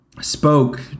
spoke